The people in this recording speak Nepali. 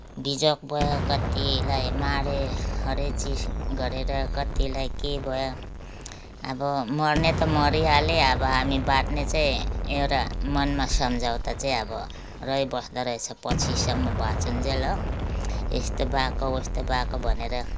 बिजोग भयो कत्तिलाई मारे हरेक चीज गरेर कतिलाई के भयो अब मर्ने त मरिहाले अब हामी बाच्ने चाहिँ एउटा मनमा सम्झौता चाहिँ अब रहिबस्दो रहेछ पछिसम्म बाचुन्जेल हो यस्तो भएको उस्तो भएको भनेर